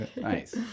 Nice